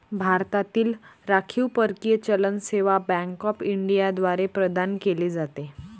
भारतातील राखीव परकीय चलन सेवा बँक ऑफ इंडिया द्वारे प्रदान केले जाते